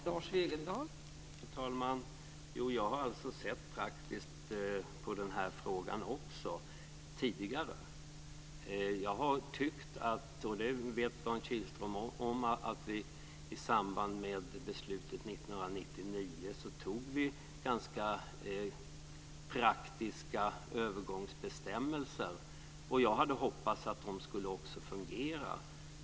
Fru talman! Jag har alltså sett praktsikt på den här frågan också, tidigare. Dan Kilström vet om att vi i samband med beslutet 1999 antog ganska praktiska övergångsbestämmelser. Jag hade hoppats att de skulle fungera.